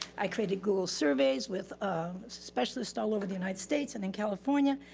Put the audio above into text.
i created google surveys with um specialists all over the united states and in california.